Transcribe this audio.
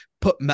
put